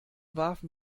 warfen